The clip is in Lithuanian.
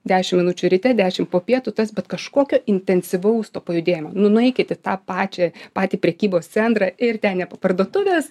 dešim minučių ryte dešim po pietų tas bet kažkokio intensyvaus to pajudėjimo nu nueikit į tą pačią patį prekybos centrą ir ten ne po parduotuves